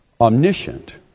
omniscient